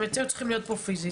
הם היו צריכים להיות פה פיזית.